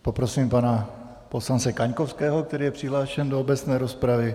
Poprosím pana poslance Kaňkovského, který je přihlášen do obecné rozpravy.